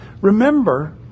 remember